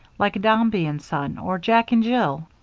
like dombey and son, or jack and jill.